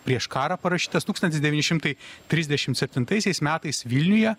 prieš karą parašytas tūkstantis devyni šimtai trisdešimt septintaisiais metais vilniuje